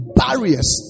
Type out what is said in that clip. barriers